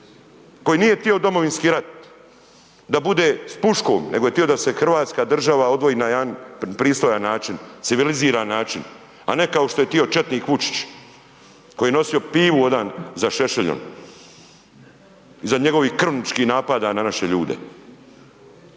koji nije tio domovinski rat, da bude s puškom, nego je tio da se hrvatska država odvoji na jedan pristojan način, civiliziran način, a ne kao što je tio četnik Vučić koji je nosio pivu ovdan za Šešeljom iza njegovih krvničkih napada na naše ljude.